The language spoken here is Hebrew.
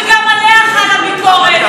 וגם עליה חלה ביקורת,